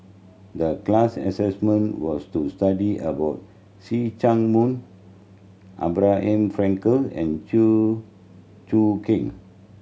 the class assignment was to study about See Chak Mun Abraham Frankel and Chew Choo Keng